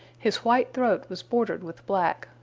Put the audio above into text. his white throat was bordered with black,